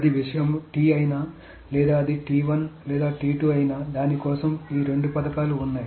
అది విషయం T అయినా లేదా అది లేదా దాని కోసం ఈ రెండు పథకాలు ఉన్నాయి